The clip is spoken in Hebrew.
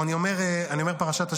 אני אומר את פרשת השבוע,